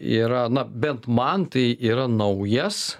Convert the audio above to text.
yra na bent man tai yra naujas